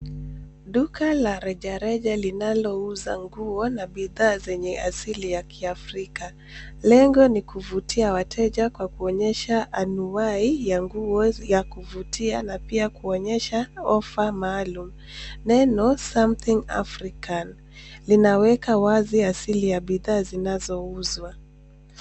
Duka la reja reja linalouza nguo na bidhaa zenye asili ya kiafrika. Lengo ni kuvutia wateja kwa kuonyesha anuwai ya nguo ya kuvutia na pia kuonyesha ofa maalum. Neno "something African" Linaweka wazi asili ya bidhaa zinazouzwa